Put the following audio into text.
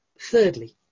thirdly